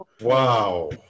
Wow